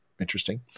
interesting